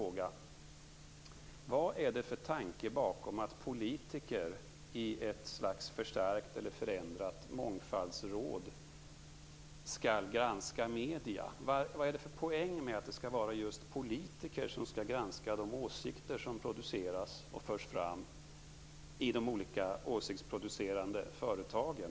Kvist: Vad är det för tanke bakom att politiker i ett slags förstärkt eller förändrat mångfaldsråd skall granska medierna? Vad är det för poäng med att det just skall vara politiker som skall granska de åsikter som produceras och förs fram i de olika åsiktsproducerande företagen?